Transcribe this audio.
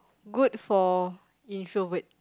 good for introvert